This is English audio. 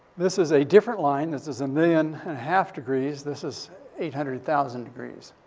this is a different line. this is a million and a half degrees. this is eight hundred thousand degrees.